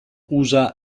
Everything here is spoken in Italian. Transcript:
usa